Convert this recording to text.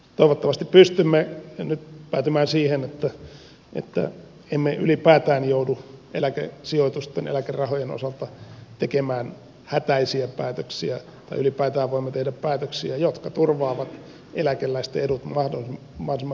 toivottavasti pystymme nyt päätymään siihen että emme ylipäätään joudu eläkesijoitusten eläkerahojen osalta tekemään hätäisiä päätöksiä tai ylipäätään voimme tehdä päätöksiä jotka turvaavat eläkeläisten edut mahdollisimman hyvällä tavalla